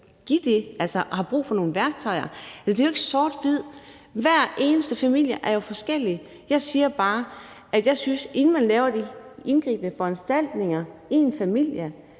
give det, altså som har brug for nogle værktøjer. Altså, det er jo ikke sort-hvidt; hver eneste familie er jo forskellig. Jeg siger bare, at jeg synes, at inden man laver de indgribende foranstaltninger som